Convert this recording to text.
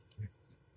Yes